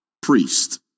priest